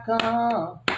come